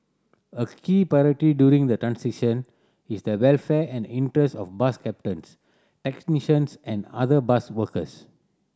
a key priority during the transition is the welfare and interest of bus captains technicians and other bus workers